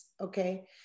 okay